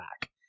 back